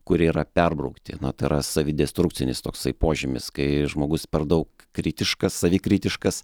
kurie yra perbraukti na tai yra savidestrukcinis toksai požymis kai žmogus per daug kritiškas savikritiškas